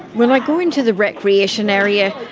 when i go into the recreation area,